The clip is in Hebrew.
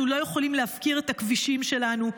אנחנו לא יכולים להפקיר את הכבישים שלנו,